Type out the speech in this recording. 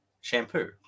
shampoo